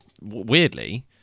weirdly